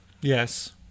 Yes